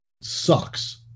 sucks